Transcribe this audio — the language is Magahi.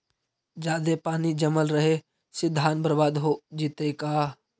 जादे पानी जमल रहे से धान बर्बाद हो जितै का?